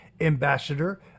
ambassador